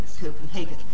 copenhagen